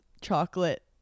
chocolate